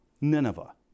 Nineveh